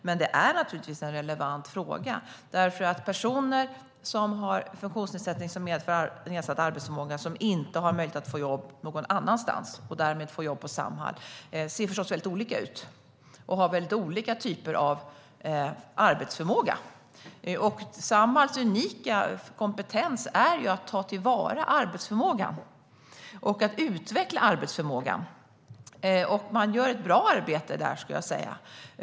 Men det är naturligtvis en relevant fråga, därför att personer med funktionsnedsättning som medför nedsatt arbetsförmåga och som inte har möjlighet att få jobb någon annanstans och därmed får jobb på Samhall ser förstås olika ut och har väldigt olika typer av arbetsförmåga. Samhalls unika kompetens är att ta till vara arbetsförmågan och att utveckla arbetsförmågan, och man gör ett bra arbete där.